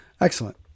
excellent